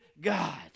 God